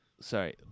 sorry